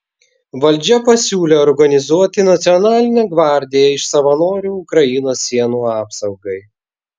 valdžia pasiūlė organizuoti nacionalinę gvardiją iš savanorių ukrainos sienų apsaugai